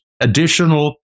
additional